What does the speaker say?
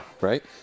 Right